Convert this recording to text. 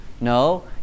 no